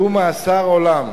הוא מאסר עולם,